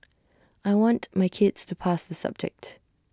I want my kids to pass the subject